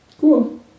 Cool